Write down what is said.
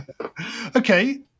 Okay